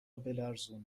بلرزون